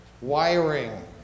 wiring